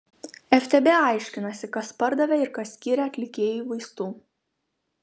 ftb aiškinasi kas pardavė ir kas skyrė atlikėjui vaistų